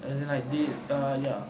as in like they uh ya